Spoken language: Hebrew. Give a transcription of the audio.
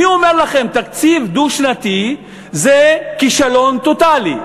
אני אומר לכם, תקציב דו-שנתי זה כישלון טוטלי.